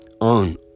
on